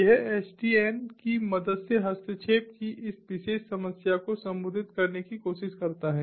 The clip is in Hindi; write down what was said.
यह एसडीएन की मदद से हस्तक्षेप की इस विशेष समस्या को संबोधित करने की कोशिश करता है